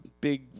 big